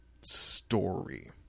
story